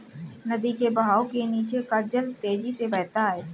नदी के बहाव के नीचे का जल तेजी से बहता है